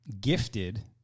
gifted